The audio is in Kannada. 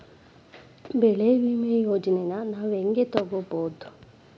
ಬೆಳಿ ವಿಮೆ ಯೋಜನೆನ ನಾವ್ ಹೆಂಗ್ ತೊಗೊಬೋದ್?